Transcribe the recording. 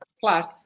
plus